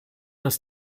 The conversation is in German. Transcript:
dass